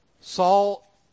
Saul